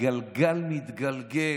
הגלגל מתגלגל.